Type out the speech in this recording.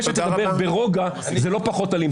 זה שתדבר ברוגע, זה לא פחות אלים.